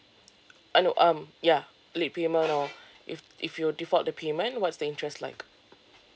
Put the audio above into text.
I know um ya late payment or if if you default the payment what's the interest like